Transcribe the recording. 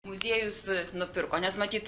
muziejus nupirko nes matyt